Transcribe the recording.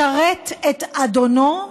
לשרת את אדונו,